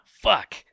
Fuck